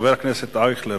חבר הכנסת אייכלר,